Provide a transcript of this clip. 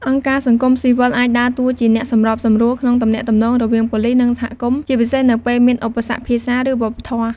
អង្គការសង្គមស៊ីវិលអាចដើរតួជាអ្នកសម្របសម្រួលក្នុងការទំនាក់ទំនង រវាងប៉ូលិស និងសហគមន៍ ជាពិសេសនៅពេលមានឧបសគ្គភាសា ឬវប្បធម៌។